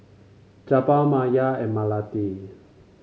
Jebat Maya and Melati